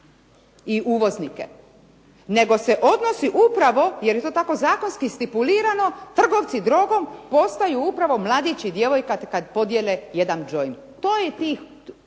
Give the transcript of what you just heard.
i uvoznike. Nego se odnosi upravo jer je to zakonski stipulirano, trgovci drogom postaju upravo mladić i djevojka kada podjele jedan džoint. To je tih